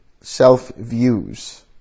self-views